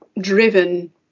driven